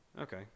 okay